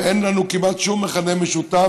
ואין לנו כמעט שום מכנה משותף